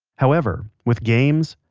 however, with games,